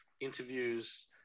interviews